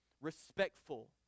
respectful